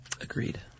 Agreed